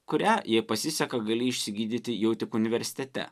kurią jei pasiseka gali išsigydyti jau tik universitete